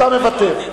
אתה מוותר.